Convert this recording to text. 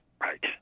Right